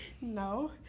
No